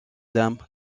dame